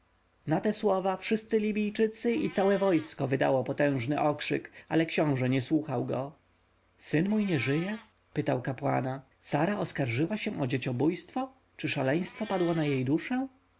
na te słowa wszyscy libijczycy i całe wojsko wydało potężny okrzyk ale książę nie słuchał go syn mój nie żyje pytał kapłana sara oskarżyła się o dzieciobójstwo czy szaleństwo padło na jej duszę